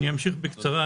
אני אמשיך בקצרה.